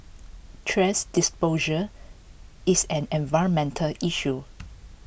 thrash disposer is an environmental issue